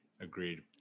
agreed